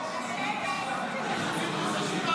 שלמה, שלבים או שלבִּים?